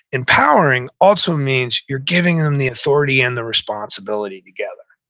empowering also means you're giving them the authority and the responsibility together.